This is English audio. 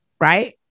Right